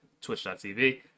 twitch.tv